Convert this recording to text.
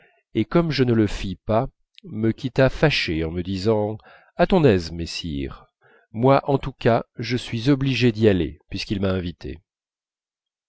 et comme je ne le fis pas me quitta fâché en me disant à ton aise messire moi en tous cas je suis obligé d'y aller puisqu'il m'a invité